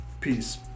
Peace